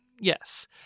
Yes